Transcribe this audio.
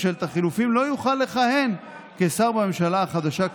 את שלושת החוקים המושחתים שמתם בסעיפים 1,